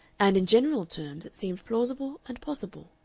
and in general terms it seemed plausible and possible.